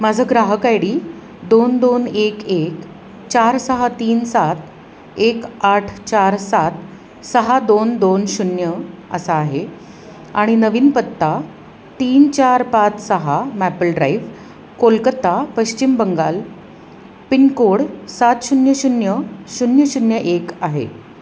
माझा ग्राहक I D दोन दोन एक एक चार सहा तीन सात एक आठ चार सात सहा दोन दोन शून्य असा आहे आणि नवीन पत्ता तीन चार पाच सहा maple drive Kolkata Paschim Bengal pin code सात शून्य शून्य शून्य शून्य एक आहे